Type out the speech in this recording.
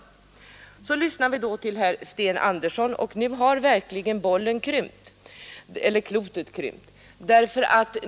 Så har vi då i dag lyssnat till herr Sten Andersson, och nu har verkligen klotet krympt.